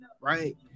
right